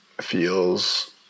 feels